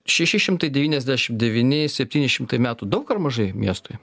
šeši šimtai devyniasdešimt devyni septyni šimtai metų daug ar mažai miestui